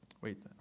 Wait